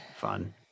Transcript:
Fun